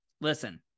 listen